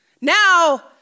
Now